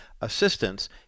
assistance